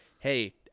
Hey